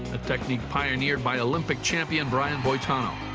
a technique pioneered by olympic champion brian boitano.